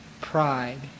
pride